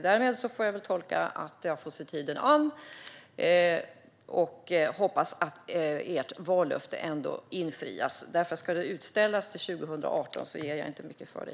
Därmed får jag väl tolka det som att jag får se tiden an och hoppas att ert vallöfte ändå infrias. Men om det ska verkställas till 2018 ger jag inte mycket för det.